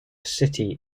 city